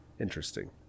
interesting